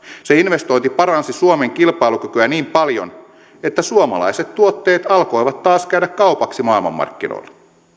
se investointi paransi suomen kilpailukykyä niin paljon että suomalaiset tuotteet alkoivat taas käydä kaupaksi maailmanmarkkinoilla